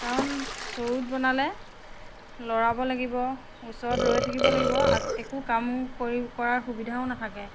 কাৰণ চৰুত বনালে লৰাব লাগিব ওচৰত ৰৈ থাকিব লাগিব একো কাম কৰি কৰাৰ সুবিধাও নাথাকে